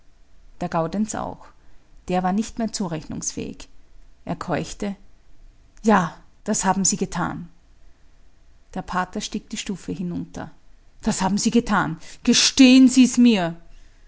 der gaudenz auch der war nicht mehr zurechnungsfähig er keuchte ja das haben sie getan der pater stieg die stufe hinunter das haben sie getan gestehen sie mir's